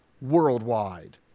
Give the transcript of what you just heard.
worldwide